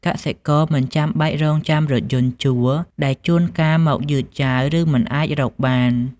កសិករមិនចាំបាច់រងចាំរថយន្តជួល ដែលជួនកាលមកយឺតយ៉ាវ ឬមិនអាចរកបាន។